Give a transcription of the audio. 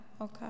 okay